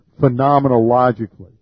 phenomenologically